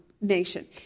nation